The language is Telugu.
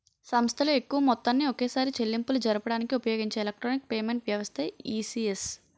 సంస్థలు ఎక్కువ మొత్తాన్ని ఒకేసారి చెల్లింపులు జరపడానికి ఉపయోగించే ఎలక్ట్రానిక్ పేమెంట్ వ్యవస్థే ఈ.సి.ఎస్